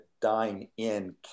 dine-in